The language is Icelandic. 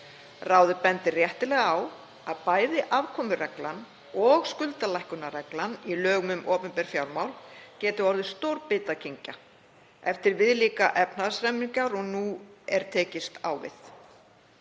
Ráðið bendir réttilega á að bæði afkomureglan og skuldalækkunarreglan í lögum um opinber fjármál geti orðið stór biti að kyngja eftir viðlíka efnahagshremmingar og nú er tekist á við.